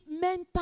mental